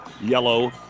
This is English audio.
yellow